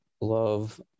love